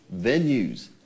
venues